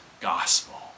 gospel